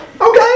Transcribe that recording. okay